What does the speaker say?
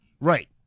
Right